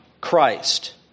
Christ